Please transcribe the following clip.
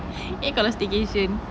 eh kalau staycation